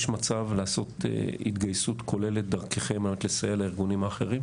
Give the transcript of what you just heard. יש מצב לעשות התגייסות כוללת דרככם על מנת לסייע לארגונים האחרים?